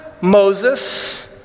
Moses